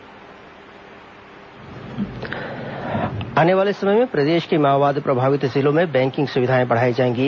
मुख्य सचिव समीक्षा आने वाले समय में प्रदेश के माओवाद प्रभावित जिलों में बैंकिंग सुविधाएं बढ़ाई जाएंगी